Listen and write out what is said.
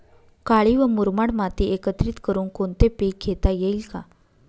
काळी व मुरमाड माती एकत्रित करुन कोणते पीक घेता येईल का?